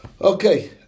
Okay